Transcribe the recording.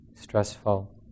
stressful